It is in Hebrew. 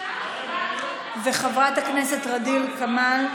ע'דיר כמאל